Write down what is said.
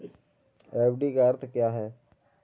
FD का अर्थ क्या है?